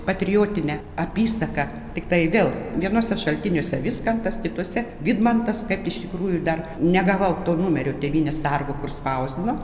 patriotinę apysaką tiktai vėl vienuose šaltiniuose viskantas kituose vidmantas kaip iš tikrųjų dar negavau to numeriu tėvynės sargo kur spausdino